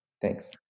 Thanks